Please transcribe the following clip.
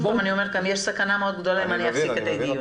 יש סכנה גדולה מאוד אם אפסיק את הדיון.